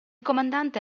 comandante